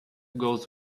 goes